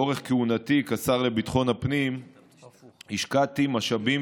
לאורך כהונתי כשר לביטחון הפנים השקעתי משאבים